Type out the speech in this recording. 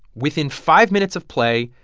within five minutes of play,